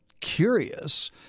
curious